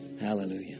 Hallelujah